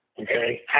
Okay